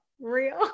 real